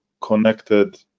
connected